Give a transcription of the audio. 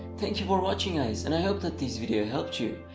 thank you for watching guys and i hope that this video helped you!